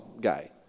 guy